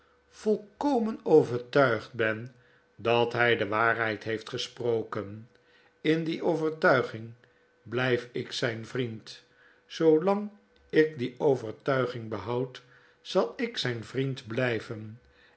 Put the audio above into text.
volkomen overtuigd ben dat hij de waarheid heeft gesproken in die overtuiging blijf ik zyn vriend zoolang ik die overtiming behoud zal ik zijn vriend blyven